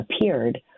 appeared